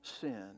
sin